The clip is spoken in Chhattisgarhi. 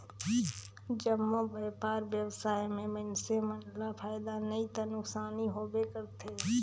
जम्मो बयपार बेवसाय में मइनसे मन ल फायदा नइ ते नुकसानी होबे करथे